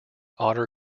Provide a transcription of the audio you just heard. otter